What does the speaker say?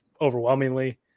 overwhelmingly